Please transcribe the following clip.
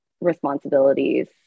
responsibilities